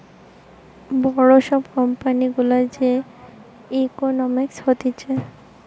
বড় সব কোম্পানি গুলার যে ইকোনোমিক্স হতিছে